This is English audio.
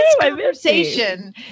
conversation